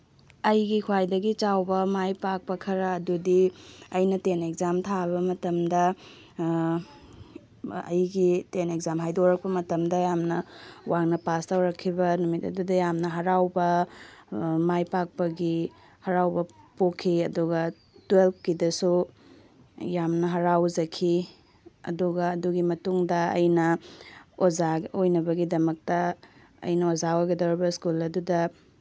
ꯑꯩꯒꯤ ꯈ꯭ꯋꯥꯏꯗꯒꯤ ꯆꯥꯎꯕ ꯃꯥꯏ ꯄꯥꯛꯄ ꯈꯔ ꯑꯗꯨꯗꯤ ꯑꯩꯅ ꯇꯦꯟ ꯑꯦꯛꯖꯥꯝ ꯊꯥꯕ ꯃꯇꯝꯗ ꯑꯩꯒꯤ ꯇꯦꯟ ꯑꯦꯛꯖꯥꯝ ꯍꯥꯏꯗꯣꯔꯛꯄ ꯃꯇꯝꯗ ꯌꯥꯝꯅ ꯋꯥꯡꯅ ꯄꯥꯁ ꯇꯧꯔꯛꯈꯤꯕ ꯅꯨꯃꯤꯠ ꯑꯗꯨꯗ ꯌꯥꯝꯅ ꯍꯔꯥꯎꯕ ꯃꯥꯏ ꯄꯥꯛꯄꯒꯤ ꯍꯔꯥꯎꯕ ꯄꯣꯛꯈꯤ ꯑꯗꯨꯒ ꯇꯨꯌꯦꯜꯞꯀꯤꯗꯁꯨ ꯌꯥꯝꯅ ꯍꯔꯥꯎꯖꯈꯤ ꯑꯗꯨꯒ ꯑꯗꯨꯒꯤ ꯃꯇꯨꯡꯗ ꯑꯩꯅ ꯑꯣꯖꯥ ꯑꯣꯏꯅꯕꯒꯤꯗꯃꯛꯇ ꯑꯩꯅ ꯑꯣꯖꯥ ꯑꯣꯏꯒꯗꯧꯔꯤꯕ ꯁ꯭ꯀꯨꯜ ꯑꯗꯨꯗ